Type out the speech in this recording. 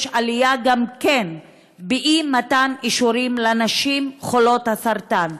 יש גם עלייה באי-מתן אישורים לנשים חולות הסרטן.